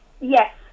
Yes